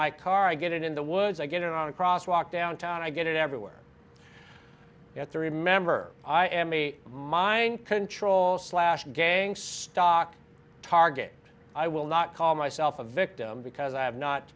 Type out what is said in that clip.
my car i get it in the woods i get it on a crosswalk downtown i get it everywhere yet the remember i am a mind control slash gang stock target i will not call myself a victim because i have not